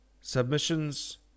submissions